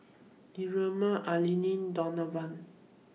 Ermina Elana Donavon